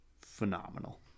phenomenal